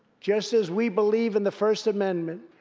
just as we believe in the first amendment,